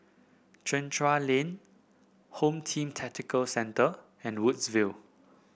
Chencharu Lane Home Team Tactical Centre and Woodsville